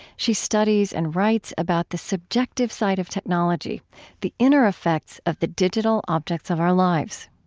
she studies and writes about the subjective side of technology the inner effects of the digital objects of our lives